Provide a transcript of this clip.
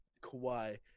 Kawhi